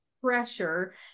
pressure